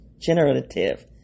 generative